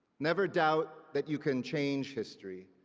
never doubt that you can change history.